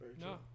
No